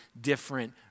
different